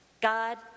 God